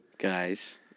Guys